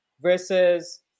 Versus